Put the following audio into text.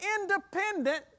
independent